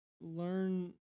learn